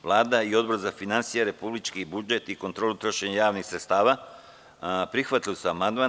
Vlada i Odbor za finansije, republički budžet i kontrolu trošenja javnih sredstava prihvatili su amandman.